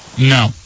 No